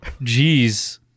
Jeez